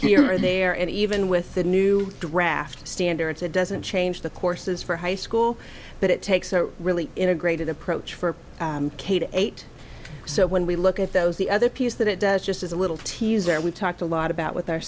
here or there and even with the new draft standards it doesn't change the courses for high school but it takes a really integrated approach for k to eight so when we look at those the other piece that it does just as a little teaser we've talked a lot about with our